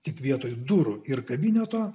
tik vietoj durų ir kabineto